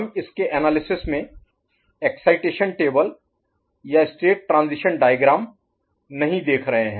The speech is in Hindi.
हम इसके एनालिसिस में एक्साइटेशन टेबल या स्टेट ट्रांजीशन डायग्राम नहीं देख रहे हैं